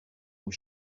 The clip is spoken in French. aux